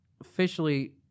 officially